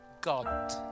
God